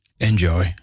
Enjoy